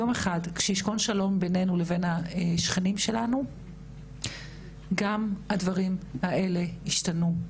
יום אחד כשישכון שלום בינינו לבין השכנים שלנו גם הדברים האלו ישתנו.